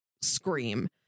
scream